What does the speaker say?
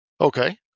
Okay